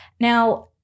now